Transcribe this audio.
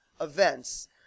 events